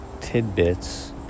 tidbits